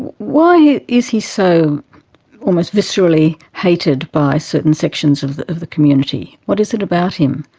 why is he so almost viscerally hated by certain sections of the of the community. what is it about him?